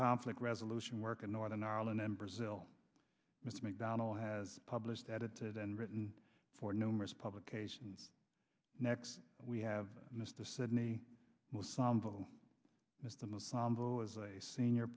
conflict resolution work in northern ireland and brazil mr mcdonnell has published edited and written for numerous publications next we have missed the sydney is the most senior